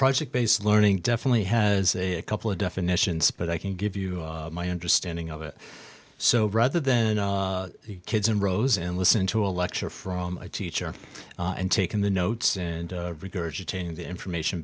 project based learning definitely has a couple of definitions but i can give you my understanding of it so rather than kids in rows and listen to a lecture from a teacher and take in the notes and regurgitating the information